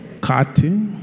Cutting